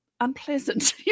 unpleasant